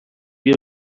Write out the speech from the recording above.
بیا